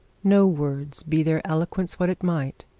no words, be their eloquence what it might,